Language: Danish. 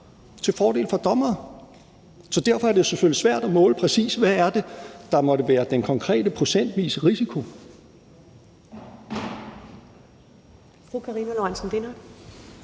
til fordel for dommere. Så derfor er det selvfølgelig svært at måle, præcis hvad det er, der måtte være den konkrete procentvise risiko. Kl. 15:53 Første